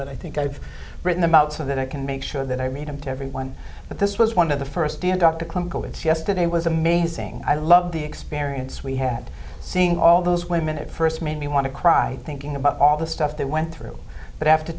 but i think i've written them out so that i can make sure that i read them to everyone but this was one of the first stand up to clinical it's yesterday was amazing i love the experience we had seeing all those women it first made me want to cry thinking about all the stuff they went through but after